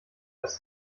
dass